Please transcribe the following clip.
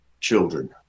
children